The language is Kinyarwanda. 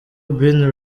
bin